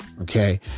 okay